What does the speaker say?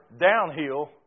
downhill